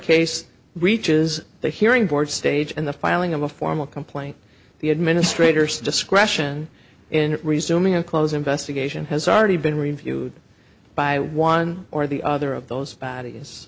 case reaches the hearing board stage and the filing of a formal complaint the administrators discretion in resuming a close investigation has already been reviewed by one or the other of those b